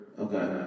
Okay